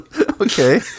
Okay